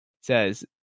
says